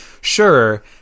sure